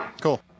cool